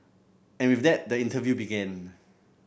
and with that the interview began